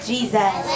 Jesus